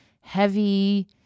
heavy